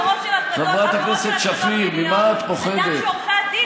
חברת הכנסת שפיר, ממה את פוחדת?